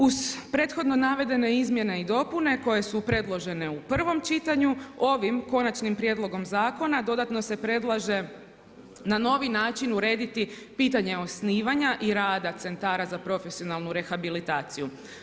Uz prethodno navedene izmjene i dopune koje su predložene u prvom čitanju ovim konačnim prijedlogom zakona dodatno se predlaže na novi način urediti pitanje osnivanja i rada centara za profesionalnu rehabilitaciju.